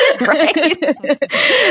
Right